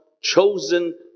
chosen